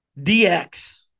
DX